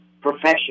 professional